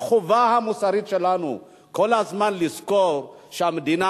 החובה המוסרית שלנו כל הזמן היא לזכור שהמדינה